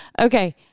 okay